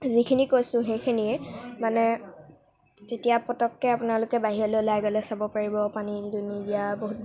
যিখিনি কৈছোঁ সেইখিনিয়ে মানে তেতিয়া পটকৈ আপোনালোকে বাহিৰলৈ ওলাই গ'লে চাব পাৰিব পানী ডুনী দিয়া বহুত